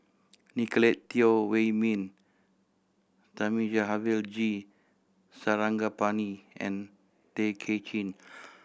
Nicolette Teo Wei Min Thamizhavel G Sarangapani and Tay Kay Chin